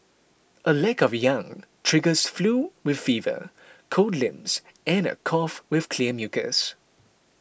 a lack of yang triggers flu with fever cold limbs and a cough with clear mucus